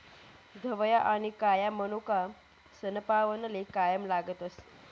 धवया आनी काया मनोका सनपावनले कायम लागतस